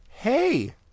Hey